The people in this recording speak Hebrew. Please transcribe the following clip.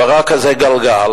והוא הראה כזה גלגל,